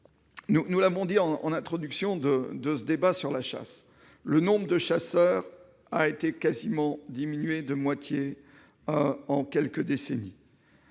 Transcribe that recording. Nous l'avons dit-on en introduction de ce débat sur la chasse, le nombre de chasseurs a diminué de moitié en quelques décennies,